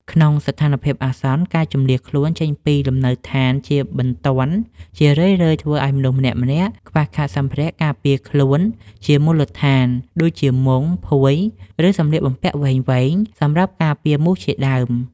ក្នុងស្ថានភាពអាសន្ន ការជម្លៀសខ្លួនចេញពីលំនៅដ្ឋានជាបន្ទាន់ជារឿយៗធ្វើឱ្យមនុស្សម្នាក់ៗខ្វះខាតសម្ភារៈការពារខ្លួនជាមូលដ្ឋាន ដូចជាមុង ភួយ ឬសម្លៀកបំពាក់វែងៗសម្រាប់ការពារមូសជាដើម។